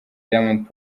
diamond